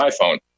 iPhone